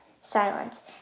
Silence